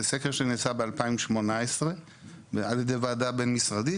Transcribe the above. זה סקר שנעשה ב-2018 על ידי ועדה בין-משרדית,